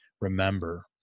remember